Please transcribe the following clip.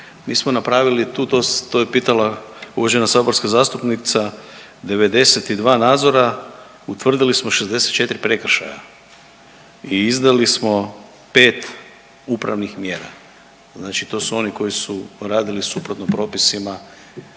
mi smo napravili tu to je pitala uvažena saborska zastupnica 92 nadzora utvrdili smo 64 prekršaja i izdali smo pet upravnih mjera. Znači to su oni koji su radili suprotno propisima,